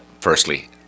firstly